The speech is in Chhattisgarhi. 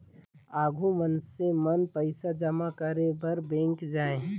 आघु मइनसे मन पइसा जमा करे बर बेंक जाएं